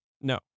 no